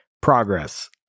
Progress